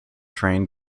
train